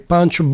Punch